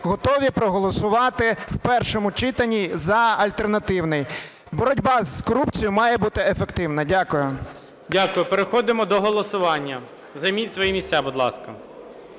готові проголосувати в першому читанні за альтернативний. Боротьба з корупцією має бути ефективною. Дякую. ГОЛОВУЮЧИЙ. Дякую. Переходимо до голосування. Займіть свої місця, будь ласка.